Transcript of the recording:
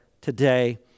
today